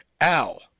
al